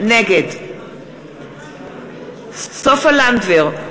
נגד סופה לנדבר,